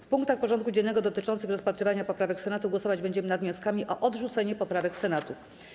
W punktach porządku dziennego dotyczących rozpatrywania poprawek Senatu głosować będziemy nad wnioskami o odrzucenie poprawek Senatu.